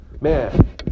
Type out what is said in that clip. man